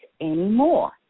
anymore